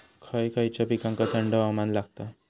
खय खयच्या पिकांका थंड हवामान लागतं?